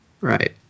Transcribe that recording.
Right